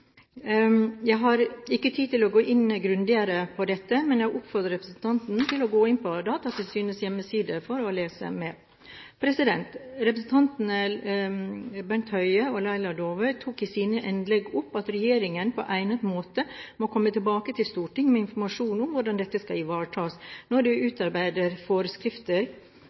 Jeg har ikke tid til å gå grundigere inn på dette, men jeg oppfordrer representantene til å gå inn på Datatilsynets hjemmeside for å lese mer. Representantene Bent Høie og Laila Dåvøy tok i sine innlegg opp at regjeringen på egnet måte må komme tilbake til Stortinget med informasjon om hvordan dette skal ivaretas når de utarbeider